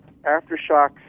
Aftershocks